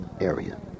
area